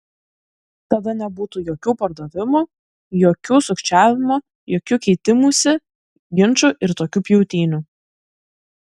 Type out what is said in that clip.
tada nebūtų jokių pardavimų jokių sukčiavimų jokių keitimųsi ginčų ir tokių pjautynių